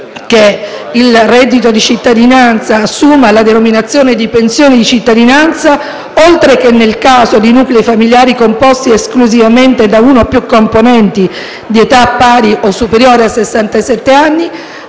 che il reddito di cittadinanza assuma la denominazione di pensione di cittadinanza oltre che nel caso di nuclei familiari composti esclusivamente da uno o più componenti di età pari o superiore a